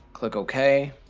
click ok.